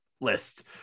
list